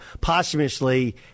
posthumously